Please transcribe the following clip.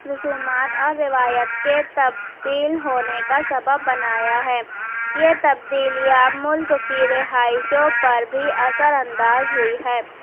رسومات اور روایت کے تبدیل ہونے کا سبب بنایا ہے یہ تبدیلیاں ملک کی رہائشوں پر بھی اثر انداز ہوئی ہے